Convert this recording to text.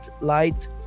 light